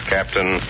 Captain